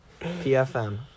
PFM